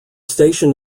station